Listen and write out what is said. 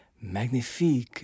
magnifique